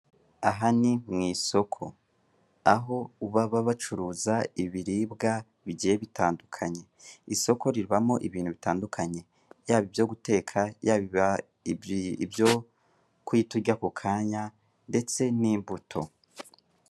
Aha ni mu isoko, aho baba bacuruza ibiribwa bigiye bitandukanye. Isoko rinamo ibintu bitandukanye, yaba ibyo guteka, yaba ibyo guhita urya ako kanya ndetse n'imbuto.